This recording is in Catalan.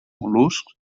mol·luscs